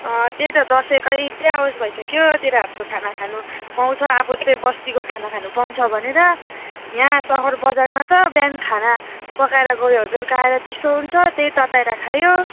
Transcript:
अँ त्यही त दसैँ कहिले आउँछ भइसक्यो तेरो हातको खाना खानु पाउँछ अब चाहिँ बस्तीको खाना खानु पाउँछ भनेर यहाँ सहर बजारमा त बिहान खाना पकाएर गयो बेलुका आएर चिसो हुन्छ त्यही तताएर खायो